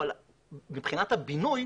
אבל מבחינת הבינוי,